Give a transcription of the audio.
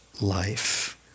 life